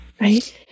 Right